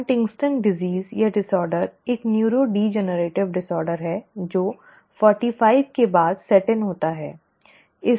Huntington की बीमारी Huntington's disease या विकार एक न्यूरोडीजेनेरेटिव बीमारी है जो 45 के बाद सेट इन होता है ठीक है